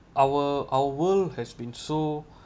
our our world has been so